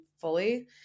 fully